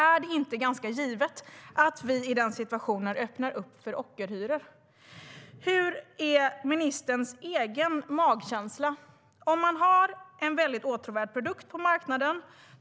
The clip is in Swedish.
Är det inte ganska givet att vi i den situationen öppnar upp för ockerhyror? Hur är ministerns egen magkänsla om dem som har dessa väldigt åtråvärda produkter på marknaden?